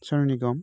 सनु निगम